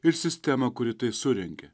ir sistemą kuri tai surengė